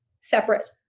separate